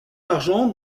argent